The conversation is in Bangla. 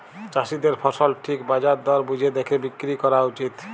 চাষীদের ফসল ঠিক বাজার দর বুঝে দ্যাখে বিক্রি ক্যরা উচিত